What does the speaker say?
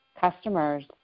customers